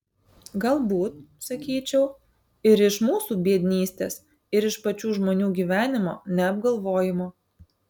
galbūt sakyčiau ir iš mūsų biednystės ir iš pačių žmonių gyvenimo neapgalvojimo